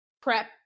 prep